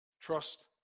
Trust